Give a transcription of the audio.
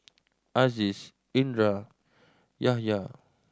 Aziz Indra Yahaya